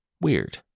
Weird